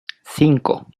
cinco